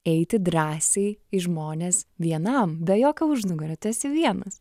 eiti drąsiai į žmones vienam be jokio užnugario tu esi vienas